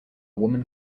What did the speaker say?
woman